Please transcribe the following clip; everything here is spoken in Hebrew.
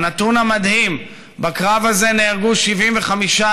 הנתון המדהים הוא שבקרב הזה נהרגו 75,000